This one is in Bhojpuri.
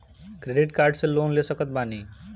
क्रेडिट कार्ड से लोन ले सकत बानी?